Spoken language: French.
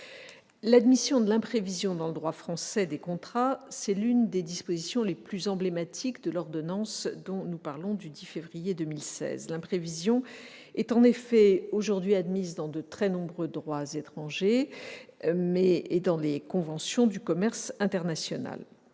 L'admission de l'imprévision dans le droit français des contrats est l'une des dispositions les plus emblématiques de l'ordonnance du 10 février 2016, dont nous débattons actuellement. L'imprévision est aujourd'hui admise dans de très nombreux droits étrangers et dans les conventions du commerce international.